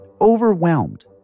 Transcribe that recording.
overwhelmed